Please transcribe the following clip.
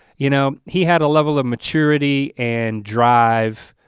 you know he had a level of maturity and drive,